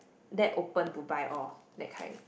that open to buy all that kind